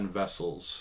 vessels